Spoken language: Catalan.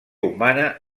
humana